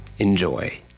Enjoy